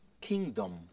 kingdom